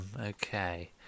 Okay